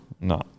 no